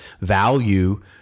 value